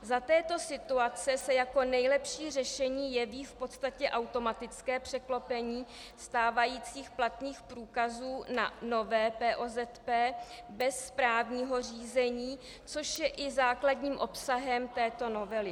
Za této situace se jako nejlepší řešení jeví v podstatě automatické překlopení stávajících platných průkazů na nové POZP bez správního řízení, což je i základním obsahem této novely.